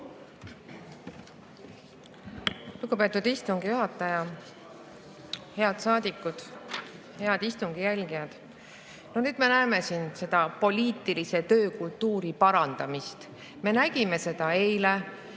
Lugupeetud istungi juhataja! Head saadikud! Head istungi jälgijad! Nüüd me näeme siin seda poliitilise töökultuuri parandamist. Me nägime seda eile,